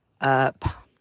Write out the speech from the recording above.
up